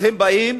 הם באים